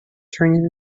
turning